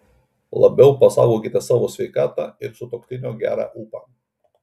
labiau pasaugokite savo sveikatą ir sutuoktinio gerą ūpą